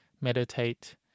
meditate